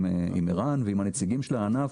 עם ערן ונציגים של הענף.